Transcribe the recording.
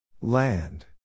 Land